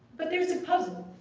but there's a puzzle,